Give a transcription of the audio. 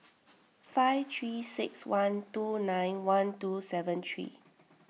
five three six one two nine one two seven three